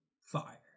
fire